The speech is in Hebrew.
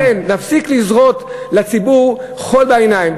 לכן נפסיק לזרות לציבור חול בעיניים,